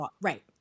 Right